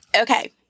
Okay